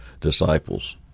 disciples